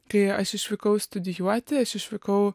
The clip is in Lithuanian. kai aš išvykau studijuoti aš išvykau